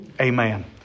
Amen